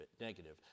negative